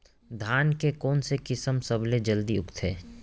धान के कोन से किसम सबसे जलदी उगथे?